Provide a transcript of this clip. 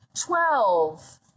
Twelve